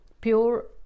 pure